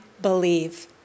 believe